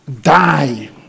die